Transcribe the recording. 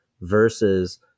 versus